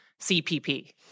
CPP